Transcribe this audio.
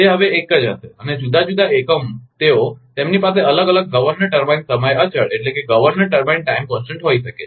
તે હવે એક જ હશે અને જુદા જુદા એકમ તેઓ તેમની પાસે અલગ અલગ ગવર્નર ટર્બાઇન સમય અચળ હોઈ શકે છે